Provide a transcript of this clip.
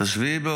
את 7 באוקטובר.